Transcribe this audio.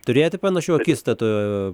turėjote panašių akistatų